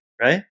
right